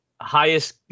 highest